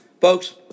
Folks